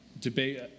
debate